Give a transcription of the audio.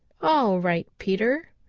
all right, peter,